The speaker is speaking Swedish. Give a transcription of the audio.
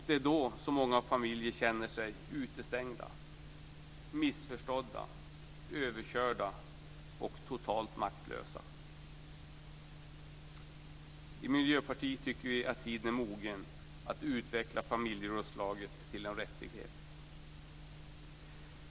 Det är då som många familjer känner sig utestängda, missförstådda, överkörda och totalt maktlösa. Vi i Miljöpartiet tycker att tiden nu är mogen att utveckla familjerådslaget till en rättighet.